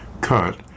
cut